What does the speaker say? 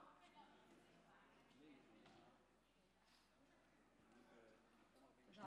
תודה